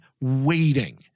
waiting